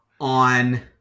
On